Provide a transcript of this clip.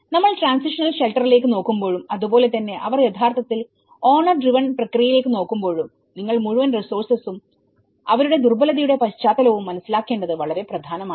നമ്മൾ ട്രാൻസിഷണൽ ഷെൽട്ടറിലേക്ക് നോക്കുമ്പോഴും അതുപോലെ തന്നെ അവർ യഥാർത്ഥത്തിൽ ഓണർ ഡ്രിവൺ പ്രക്രിയയിലേക്ക് നോക്കുമ്പോഴുംനിങ്ങൾ മുഴുവൻ റിസോഴ്സസും അവരുടെ ദുർബലതയുടെ പശ്ചാത്തലവും മനസ്സിലാക്കേണ്ടത് വളരെ പ്രധാനമാണ്